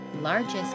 largest